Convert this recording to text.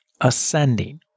ascending